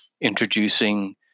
introducing